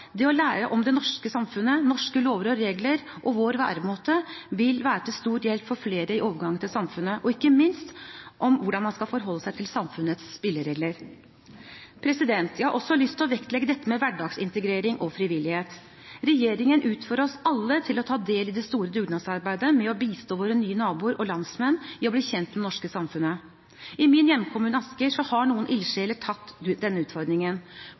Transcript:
Det å lære om det norske samfunnet, norske lover og regler og vår væremåte vil være til stor hjelp for flere i overgangen til samfunnet, og ikke minst hvordan man skal forholde seg til samfunnets spilleregler. Jeg har også lyst til å vektlegge dette med hverdagsintegrering og frivillighet. Regjeringen utfordrer oss alle til å ta del i det store dugnadsarbeidet med å bistå våre nye naboer og landsmenn i å bli kjent med det norske samfunnet. I min hjemkommune, Asker, har noen ildsjeler tatt den utfordringen.